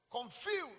confused